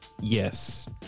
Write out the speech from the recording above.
Yes